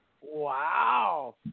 Wow